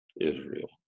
Israel